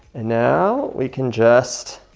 and now we can just